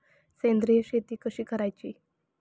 सेंद्रिय शेती कशी करायची?